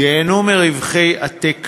ייהנו מרווחי עתק